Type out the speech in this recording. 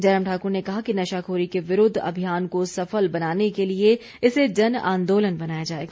जयराम ठाकुर ने कहा कि नशाखोरी के विरूद्ध अभियान को सफल बनाने के लिए इसे जन आंदोलन बनाया जाएगा